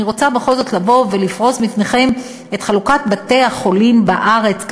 אני רוצה בכל זאת לפרוס בפניכם את חלוקת בתי-החולים בארץ,